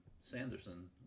Sanderson